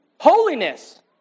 holiness